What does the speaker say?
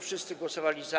Wszyscy głosowali za.